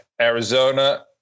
Arizona